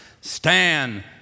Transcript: Stand